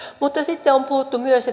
mutta sitten on puhuttu myös